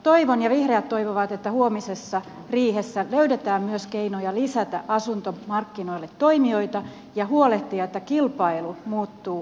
toivon ja vihreät toivovat että huomisessa riihessä löydetään myös keinoja lisätä asuntomarkkinoille toimijoita ja huolehtia että kilpailu muuttuu terveeksi